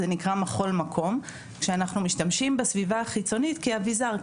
זה נקרא מחול מקום כשאנחנו משתמשים בסביבה החיצונית כאביזר,